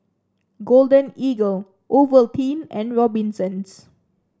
Golden Eagle Ovaltine and Robinsons